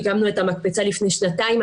הקמנו את המקפצה לפני שנתיים,